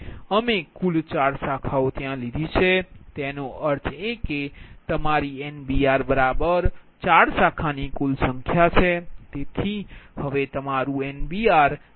માટે અમે કુલ 4 શાખાઓ ત્યાં લીધી છે તેનો અર્થ એ કે તમારી NBR4 શાખાની કુલ સંખ્યા છે